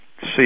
see